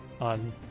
on